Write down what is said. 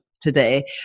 today